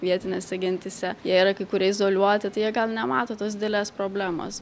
vietinėse gentyse jie yra kai kurie izoliuoti tai jie gal nemato tos didelės problemos